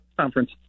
conference